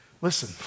Listen